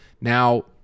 Now